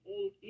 Old